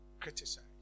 Criticize